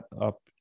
up